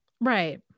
Right